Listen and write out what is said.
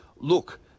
look